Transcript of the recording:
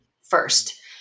first